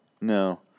No